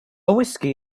whiskey